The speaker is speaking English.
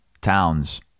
towns